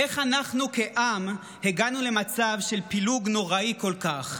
איך אנחנו כעם הגענו למצב של פילוג נוראי כל כך?